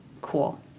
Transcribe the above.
cool